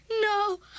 No